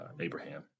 Abraham